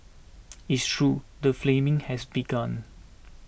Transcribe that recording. it's true the flaming has begun